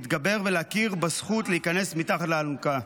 להתגבר ולהכיר בזכות להיכנס מתחת לאלונקה.